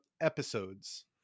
episodes